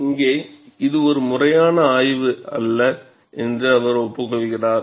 இங்கே இது ஒரு முறையான ஆய்வு அல்ல என்று அவர் ஒப்புக்கொள்கிறார்